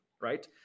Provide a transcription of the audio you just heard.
Right